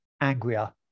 angrier